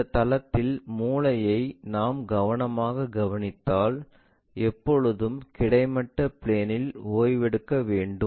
அந்த தளத்தின் மூலையை நாம் கவனமாகக் கவனித்தால் எப்போதும் கிடைமட்ட பிளேன்இல் ஓய்வெடுக்க வேண்டும்